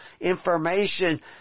Information